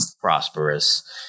prosperous